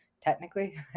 technically